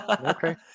Okay